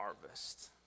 harvest